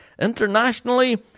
internationally